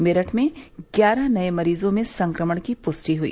मेरठ में ग्यारह नए मरीजों में संक्रमण की पुष्टि हुई